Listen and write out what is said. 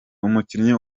umukinnyi